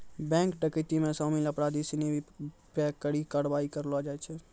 bank डकैती मे शामिल अपराधी सिनी पे कड़ी कारवाही करलो जाय छै